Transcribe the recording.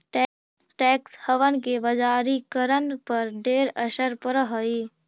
tax haven के बजारिकरण पर ढेर असर पड़ हई